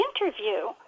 interview